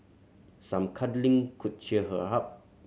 some cuddling could cheer her up